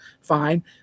fine